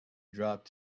dropped